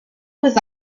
was